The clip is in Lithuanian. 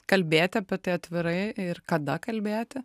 kalbėti apie tai atvirai ir kada kalbėti